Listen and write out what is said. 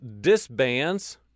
disbands